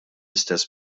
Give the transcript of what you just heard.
istess